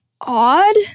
odd